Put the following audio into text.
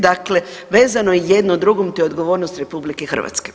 Dakle, vezano je jedno drugom te je odgovornost RH.